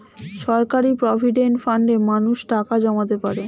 সরকারি প্রভিডেন্ট ফান্ডে মানুষ টাকা জমাতে পারে